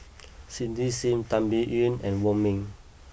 Cindy Sim Tan Biyun and Wong Ming